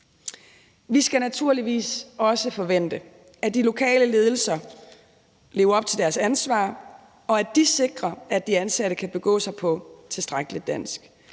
Vi skal naturligvis også forvente, at de lokale ledelser lever op til deres ansvar, og at de sikrer, at de ansatte kan begå sig på et tilstrækkeligt dansk.